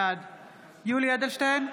בעד יולי יואל אדלשטיין,